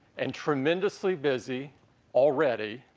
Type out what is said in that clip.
and tremendously busy already